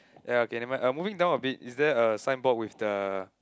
ya okay never mind uh moving down a bit is there a sign board with the